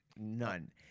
none